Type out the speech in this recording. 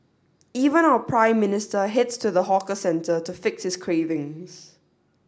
even our Prime Minister heads to the hawker centre to fix his cravings